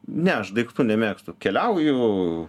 ne aš daiktų nemėgstu keliauju